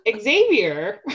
Xavier